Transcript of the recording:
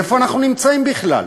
איפה אנחנו נמצאים בכלל?